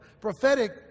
prophetic